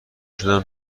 شدم